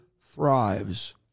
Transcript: thrives